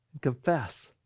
confess